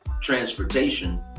transportation